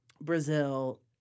Brazil